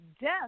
Death